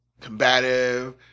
combative